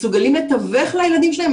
מסוגלים לתווך לילדים שלהם,